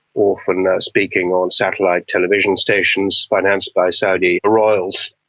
often ah speaking on satellite television stations financed by saudi royals,